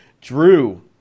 Drew